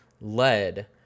lead